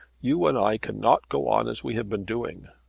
you and i cannot go on as we have been doing.